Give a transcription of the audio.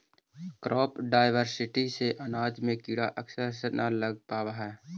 crop diversity से अनाज में कीड़ा अक्सर न न लग पावऽ हइ